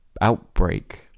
Outbreak